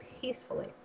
peacefully